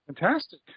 fantastic